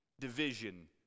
division